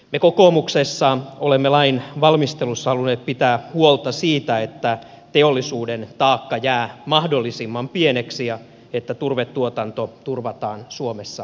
me kokoomuksessa olemme lain valmistelussa halunneet pitää huolta siitä että teollisuuden taakka jää mahdollisimman pieneksi ja että turvetuotanto turvataan suomessa jatkossakin